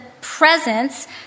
presence